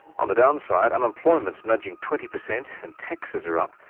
on the downside, unemployment's nudging twenty percent and taxes are up,